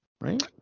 right